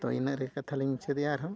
ᱛᱚ ᱤᱱᱟᱹᱜ ᱨᱮ ᱠᱟᱛᱷᱟ ᱞᱤᱧ ᱢᱩᱪᱟᱹᱫᱮᱜᱼᱟ ᱟᱨ ᱦᱚᱸ